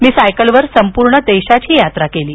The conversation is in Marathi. मी सायकल वर संपूर्ण देशाची यात्रा केली आहे